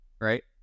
right